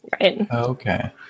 Okay